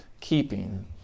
keeping